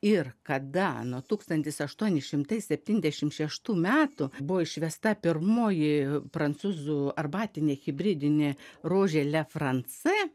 ir kada nuo tūkstantis aštuoni šimtai septyniasdešimt šeštų metų buvo išvesta pirmoji prancūzų arbatinė hibridinė rožė le france